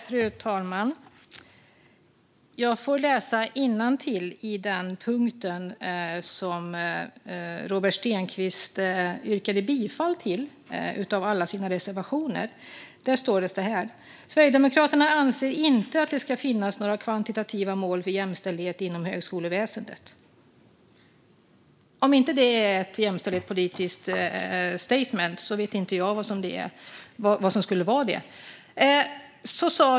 Fru talman! Jag läser innantill i den reservation som Robert Stenkvist yrkade bifall till: "Sverigedemokraterna anser att det inte ska finnas några kvantitativa mål för jämställdhet inom högskoleväsendet." Om inte det är ett jämställdhetspolitiskt statement vet jag inte vad det är.